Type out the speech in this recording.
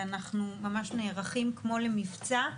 ואנחנו ממש נערכים כמו למבצע.